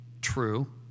True